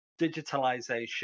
digitalization